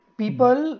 people